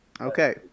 Okay